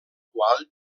qual